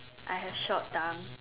I have short tongue